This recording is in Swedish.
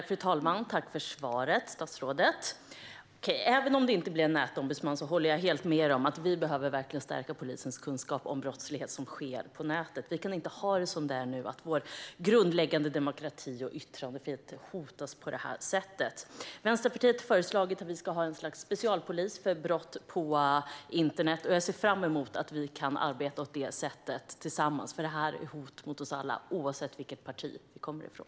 Fru talman! Tack för svaret, statsrådet! Okej, även om det inte blir en nätombudsman håller jag helt med dig om att vi verkligen behöver stärka polisens kunskap om brottslighet som sker på nätet. Vi kan inte ha det som nu, det vill säga att vår grundläggande demokrati och yttrandefrihet hotas på det här sättet. Vänsterpartiet har föreslagit att vi ska ha ett slags specialpolis för brott på internet, och jag ser fram emot att vi kan arbeta åt det hållet tillsammans. Det här är nämligen ett hot mot oss alla, oavsett vilket parti vi kommer ifrån.